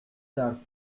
dar